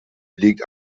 liegt